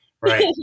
Right